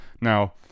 Now –